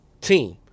team